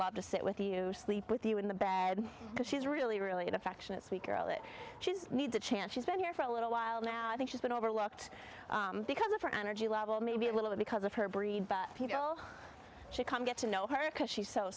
love to sit with you sleep with you in the bed because she's really really the faction that sweet girl that she's need to chant she's been here for a little while now i think she's been overlooked because of her energy level maybe a little bit because of her breed but you know she can get to know her because she's so